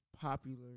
popular